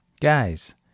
Guys